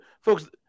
folks